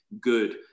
good